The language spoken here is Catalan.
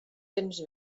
temps